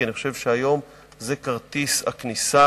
כי אני חושב שהיום זה כרטיס הכניסה